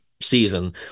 season